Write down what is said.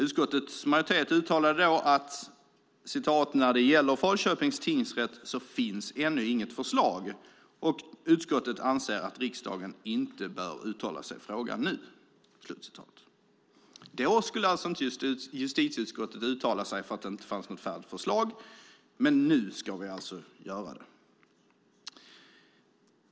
Utskottets majoritet uttalade: "När det gäller Falköpings tingsrätt finns ännu inget förslag, och utskottet anser att riksdagen inte bör uttala sig i frågan nu." Då skulle justitieutskottet inte uttala sig eftersom det inte fanns något färdigt förslag. Men nu ska vi alltså göra det.